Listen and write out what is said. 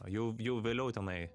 jau jau vėliau tenai